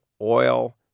oil